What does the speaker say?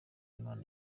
imana